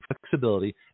flexibility